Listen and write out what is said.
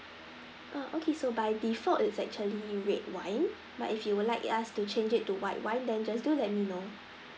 err okay so by default it's actually red wine but if you would like us to change it to white wine then just do let me know